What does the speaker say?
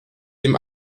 dem